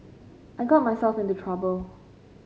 I got myself into trouble